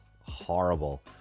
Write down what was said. horrible